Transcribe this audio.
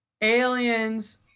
aliens